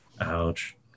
Ouch